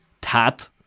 tat